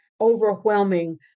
overwhelming